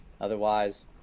otherwise